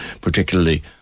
particularly